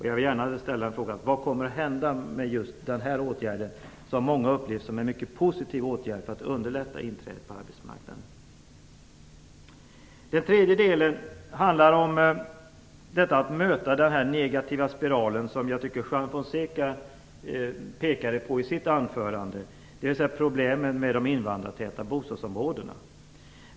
Jag vill fråga vad som kommer att hända med just denna åtgärd, som av många har upplevts som mycket positiv för att underlätta inträdet på arbetsmarknaden. Den tredje delen handlar om att komma till rätta med den negativa spiral som Juan Fonseca pekade på i sitt anförande, dvs.. problemen med de invandrartäta bostadsområdena.